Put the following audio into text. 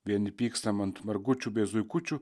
vieni pykstam ant margučių bei zuikučių